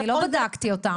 לא בדקתי אותן.